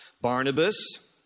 Barnabas